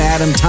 Adam